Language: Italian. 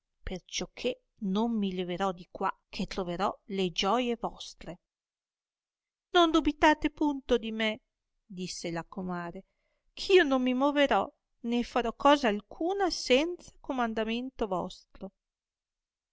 potreste perciò che non mi leverò di qua che troverò le gioie vostre non dubitate punto di me disse la comare che io non mi moverò né farò cosa alcuna senza comandamento vostro